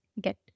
get